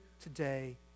today